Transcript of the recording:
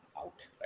out